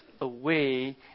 away